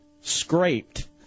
scraped